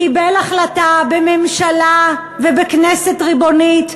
קיבל החלטה בממשלה ובכנסת ריבונית,